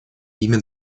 имя